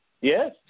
Yes